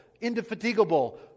indefatigable